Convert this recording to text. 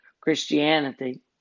Christianity